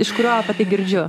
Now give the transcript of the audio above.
iš kurio apie tai girdžiu